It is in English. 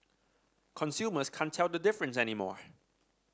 consumers can't tell the difference anymore